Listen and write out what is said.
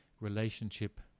relationship